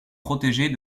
protéger